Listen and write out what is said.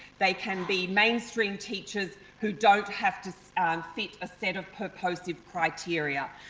they can be mainstream teachers who don't have to fit a set of purposive criteria.